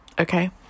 okay